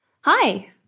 Hi